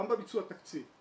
גם בביצוע התקציב,